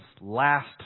last